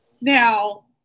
Now